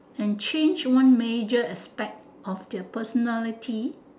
and change one major aspect of their personality